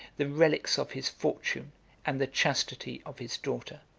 the relics of his fortune and the chastity of his daughter.